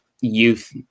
youth